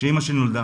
שאמא שלי נולדה